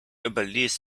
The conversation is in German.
überließ